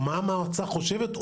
או המועצה חושבת,